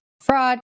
fraud